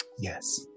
Yes